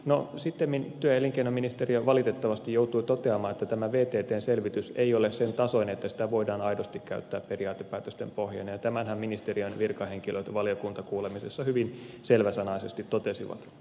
no sittemmin työ ja elinkeinoministeriö valitettavasti joutui toteamaan että tämä vttn selvitys ei ole sen tasoinen että sitä voidaan aidosti käyttää periaatepäätösten pohjana ja tämänhän ministeriön virkahenkilöt valiokuntakuulemisessa hyvin selväsanaisesti totesivat